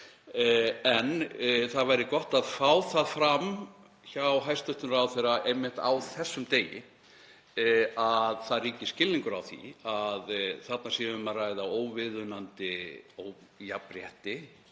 En það væri gott að fá það fram hjá hæstv. ráðherra, einmitt á þessum degi, að það ríki skilningur á því að þarna sé um að ræða óviðunandi ójafnrétti